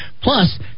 Plus